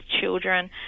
children